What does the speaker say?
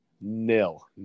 nil